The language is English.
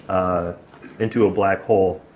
into a black hole,